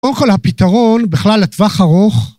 קודם כל, הפתרון בכלל לטווח ארוך...